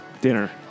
dinner